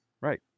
Right